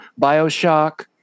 Bioshock